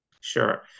Sure